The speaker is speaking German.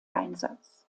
einsatz